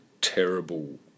terrible